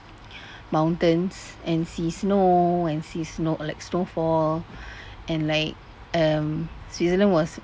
mountains and see snow and see snow like snowfall and like um switzerland was